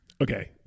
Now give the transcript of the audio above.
Okay